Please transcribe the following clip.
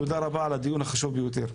תודה רבה על הדיון החשוב ביותר.